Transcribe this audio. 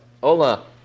Hola